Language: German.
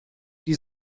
die